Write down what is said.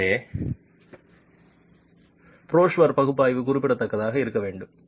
எனவே புஷோவர் பகுப்பாய்வு குறிப்பிட்டதாக இருக்க வேண்டும்